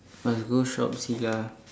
must go shop see lah